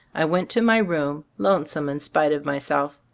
i went to my room, lonesome in spite of myself.